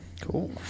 cool